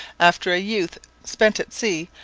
after a youth spent at sea,